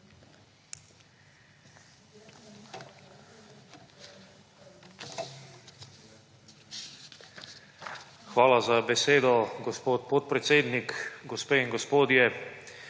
Hvala za besedo, gospod podpredsednik. Gospe in gospodje.